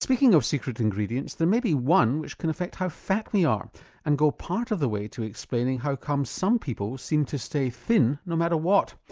speaking of secret ingredients, there may be one which can affect how fat we are and go part of the way to explaining how come some people seem to stay thin no matter what.